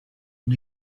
and